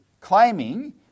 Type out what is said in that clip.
claiming